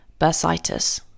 bursitis